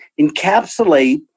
encapsulate